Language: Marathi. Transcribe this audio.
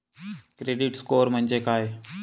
क्रेडिट स्कोअर म्हणजे काय?